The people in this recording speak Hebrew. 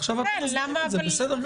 עכשיו אנחנו מסדירים את זה.